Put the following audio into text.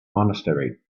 monastery